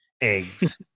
eggs